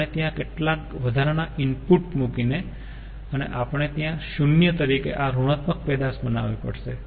આપણે ત્યાં કેટલાક વધારાના ઈનપુટ મૂકીને અને આપણે ત્યાં 0 શૂન્ય તરીકે આ ઋણાત્મક પેદાશ બનાવવું પડશે